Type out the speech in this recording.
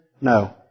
No